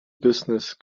business